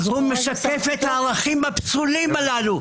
הוא משקף את הערכים הפסולים הללו.